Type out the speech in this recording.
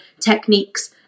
techniques